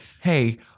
hey